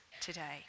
today